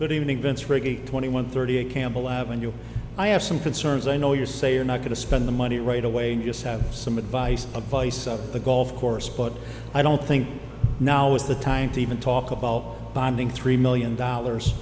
good evening vince reg twenty one thirty eight campbell ave i have some concerns i know you say you're not going to spend the money right away just have some advice advice on the golf course but i don't think now is the time to even talk about bonding three million dollars